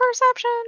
perception